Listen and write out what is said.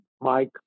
Mike